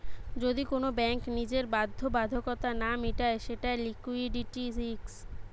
যদি কোন ব্যাঙ্ক নিজের বাধ্যবাধকতা না মিটায় সেটা লিকুইডিটি রিস্ক